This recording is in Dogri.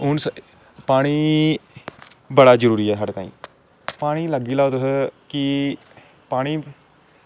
हून पानी बड़ा जरूरी ऐ साढ़े ताहीं पानी लग्गी जाओ तुस की पानी